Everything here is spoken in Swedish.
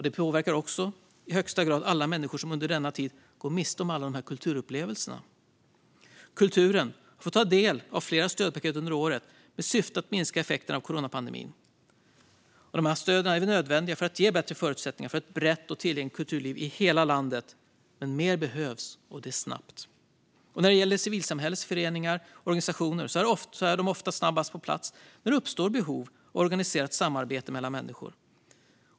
Det påverkar också i högsta grad alla människor som under denna tid går miste om alla dessa kulturupplevelser. Kulturen får ta del av flera stödpaket under året med syfte att minska effekterna av coronapandemin. Dessa stöd är nödvändiga för att ge bättre förutsättningar för ett brett och tillgängligt kulturliv i hela landet. Men mer behövs och det snabbt. Civilsamhällets föreningar och organisationer är ofta snabbast på plats när det uppstår behov och organiserat samarbete mellan människor.